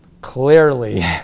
clearly